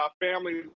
family